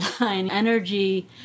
energy